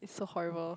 so horrible